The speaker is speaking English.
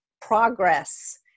progress